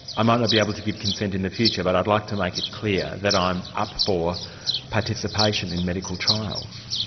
i might not be able to give consent in the future, but i'd like to make like it clear that i'm up for participation in medical trials.